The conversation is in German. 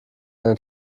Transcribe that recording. eine